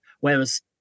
whereas